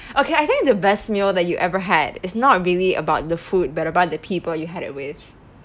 okay I think the best meal that you ever had is not really about the food but about the people you had it with